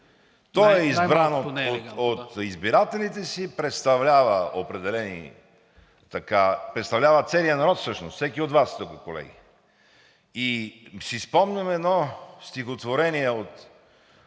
Той е избран от избирателите си. Представлява целия народ всъщност, всеки от Вас тук, колеги. И си спомням едно стихотворение от